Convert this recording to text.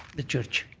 the church,